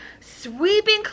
Sweeping